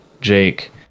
Jake